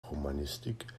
romanistik